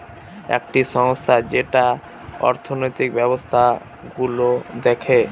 একটি সংস্থা যেটা অর্থনৈতিক ব্যবস্থা গুলো দেখে